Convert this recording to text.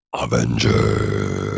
Avengers